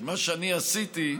כי מה שאני עשיתי,